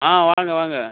ஆ வாங்க வாங்க